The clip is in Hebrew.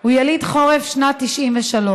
הוא יליד חורף שנת 1993,